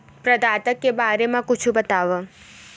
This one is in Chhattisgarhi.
प्रदाता के बारे मा कुछु बतावव?